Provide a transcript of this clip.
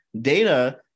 data